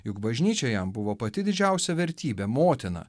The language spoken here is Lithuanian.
juk bažnyčia jam buvo pati didžiausia vertybė motina